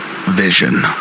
Vision